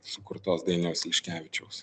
sukurtos dainiaus liškevičiaus